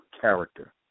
character